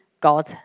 God